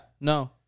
No